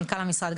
מנכ"ל המשרד,